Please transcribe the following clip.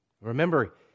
Remember